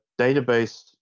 database